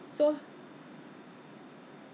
他的东西好贵 leh 都是那种